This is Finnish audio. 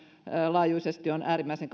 laajuisesti on äärimmäisen